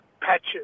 patches